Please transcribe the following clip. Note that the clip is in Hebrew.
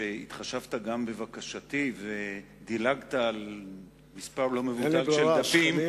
על שהתחשבת גם בבקשתי ודילגת על מספר לא מבוטל של דפים.